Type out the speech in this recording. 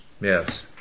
Yes